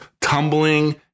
tumbling